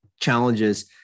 challenges